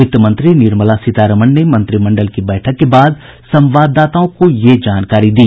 वित्त मंत्री निर्मला सीतारमण ने मंत्रिमंडल की बैठक के बाद संवाददाताओं को यह जानकारी दी